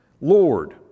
Lord